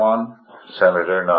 Senator